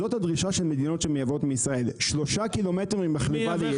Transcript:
זאת הדרישה של מדינות שמייבאות מישראל 3 קילומטר ממחלבה לייצוא.